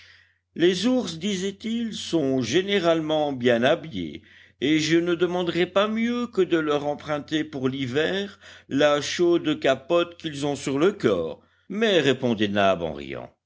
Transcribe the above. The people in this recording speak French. les ours disait-il sont généralement bien habillés et je ne demanderais pas mieux que de leur emprunter pour l'hiver la chaude capote qu'ils ont sur le corps mais répondait nab en